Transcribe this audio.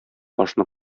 ашны